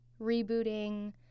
rebooting